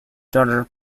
daughter